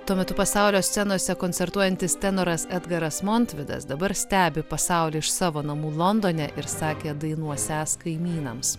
tuo metu pasaulio scenose koncertuojantis tenoras edgaras montvidas dabar stebi pasaulį iš savo namų londone ir sakė dainuosiąs kaimynams